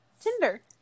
Tinder